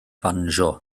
banjo